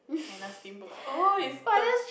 China steamboat oh is the